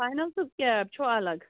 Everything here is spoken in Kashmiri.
فاینل تہٕ کیب چھُو الگ